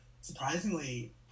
surprisingly